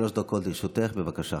בבקשה.